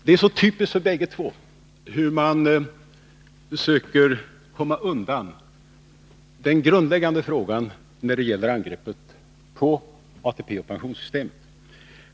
Det är så typiskt för dem båda att de i sitt angrepp på oss försöker komma undan den grundläggande frågan.